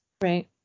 right